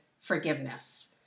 forgiveness